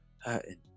hurting